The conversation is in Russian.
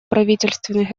правительственных